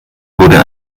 wurde